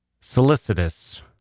solicitous